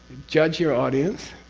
judge your audience,